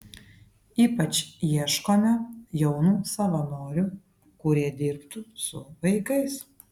ypač ieškome jaunų savanorių kurie dirbtų su vaikais